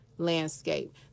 landscape